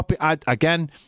Again